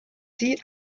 sie